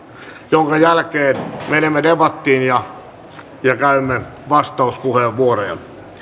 jonka jälkeen menemme debattiin ja ja käymme vastauspuheenvuoroja